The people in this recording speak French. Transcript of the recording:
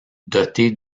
dotées